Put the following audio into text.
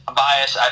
bias